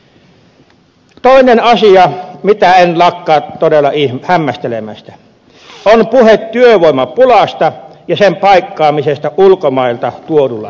toinen asia mitä en lakkaa todella hämmästelemästä on puhe työvoimapulasta ja sen paikkaamisesta ulkomailta tuodulla työvoimalla